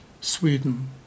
Sweden